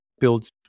builds